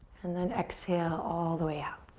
and then exhale all the way out.